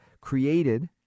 created